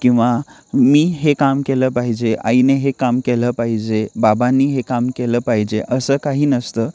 किंवा मी हे काम केलं पाहिजे आईने हे काम केलं पाहिजे बाबांनी हे काम केलं पाहिजे असं काही नसतं